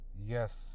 yes